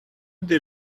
did